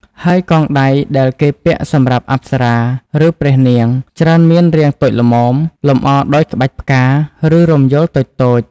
ហើយកងដៃដែលគេពាក់សម្រាប់អប្សរា ឬព្រះនាង ច្រើនមានរាងតូចល្មម លម្អដោយក្បាច់ផ្កា ឬរំយោលតូចៗ។